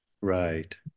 Right